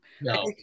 no